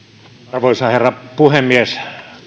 arvoisa herra puhemies